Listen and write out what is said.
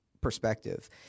perspective